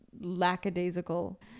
lackadaisical